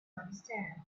understand